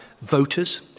voters